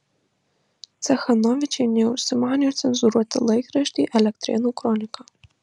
cechanovičienė užsimanė cenzūruoti laikraštį elektrėnų kronika